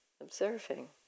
observing